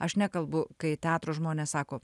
aš nekalbu kai teatro žmonės sako